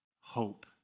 Hope